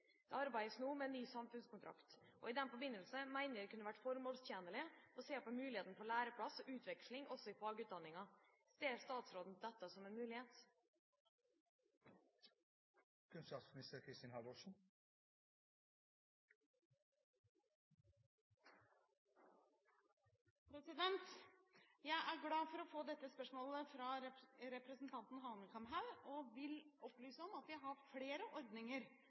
Det arbeides nå med ny samfunnskontrakt, og i den forbindelse mener jeg det kunne vært formålstjenlig å se på muligheten for læreplass og utveksling også i fagutdanningen. Ser statsråden dette som en mulighet?» Jeg er glad for å få dette spørsmålet fra representanten Hanekamhaug og vil opplyse om at vi har flere ordninger